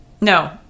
No